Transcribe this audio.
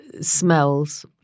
smells